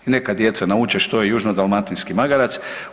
Evo neka djeca nauče što je južno-dalmatinski magarac.